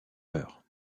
heure